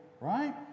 right